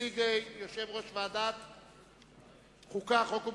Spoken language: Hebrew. יציג יושב-ראש ועדת החוקה, חוק ומשפט.